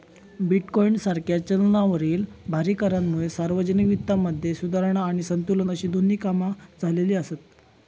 bitcoin सारख्या चलनावरील भारी करांमुळे सार्वजनिक वित्तामध्ये सुधारणा आणि संतुलन अशी दोन्ही कामा झालेली आसत